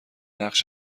نقش